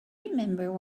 remember